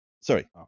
sorry